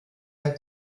der